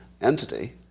entity